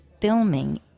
filming